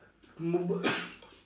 `